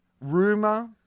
rumor